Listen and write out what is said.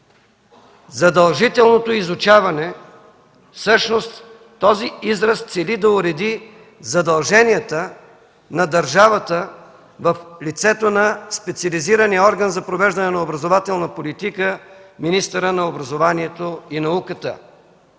„задължителното изучаване” цели да уреди задълженията на държавата в лицето на специализирания орган за провеждане на образователна политика – министърът на образованието и науката,